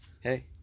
Hey